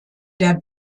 der